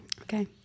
Okay